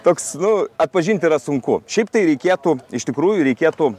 toks nu atpažinti yra sunku šiaip tai reikėtų iš tikrųjų reikėtų